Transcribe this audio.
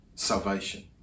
salvation